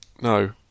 No